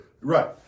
Right